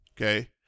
okay